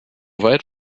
weit